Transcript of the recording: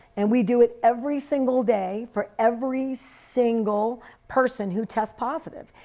and we do it every single day for every single person who test positive.